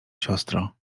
siostro